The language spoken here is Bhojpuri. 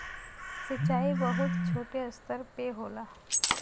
सिंचाई बहुत छोटे स्तर पे होला